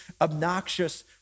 obnoxious